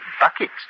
buckets